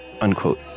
Unquote